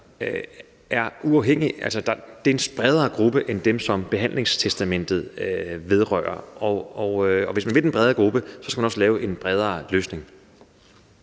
De mennesker udgør en bredere gruppe end dem, behandlingstestamentet vedrører. Og hvis man vil have fat i en bredere gruppe, skal man også lave en bredere løsning.